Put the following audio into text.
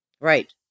Right